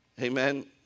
Amen